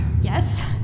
Yes